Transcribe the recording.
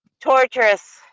torturous